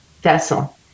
vessel